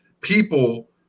people